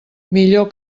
millor